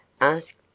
Ask